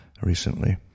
recently